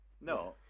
No